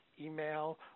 Email